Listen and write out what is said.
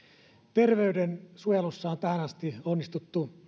terveyden suojelussa on tähän asti onnistuttu